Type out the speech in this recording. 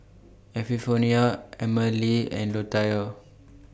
Epifanio Emmalee and Latoya